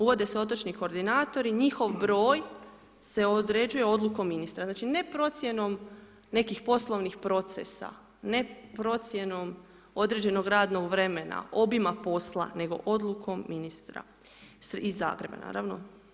Uvodi se otočni koordinatori, njihov broj se određuje Odlukom ministra, znači ne procjenom nekih poslovnih procesa, ne procjenom određenog radnog vremena, obima posla, nego Odlukom ministra, iz Zagreba naravno.